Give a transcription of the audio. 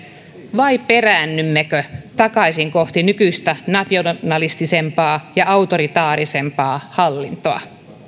vai peräännymmekö takaisin kohti nykyistä nationalistisempaa ja autoritäärisempää hallintoa